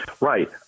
Right